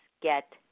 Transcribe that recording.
get